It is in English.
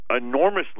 enormously